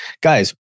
guys